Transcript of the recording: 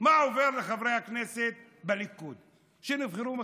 מה עובר לחברי הכנסת בליכוד שנבחרו מחדש.